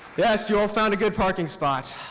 yes, you all found a good parking spot.